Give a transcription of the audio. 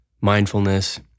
mindfulness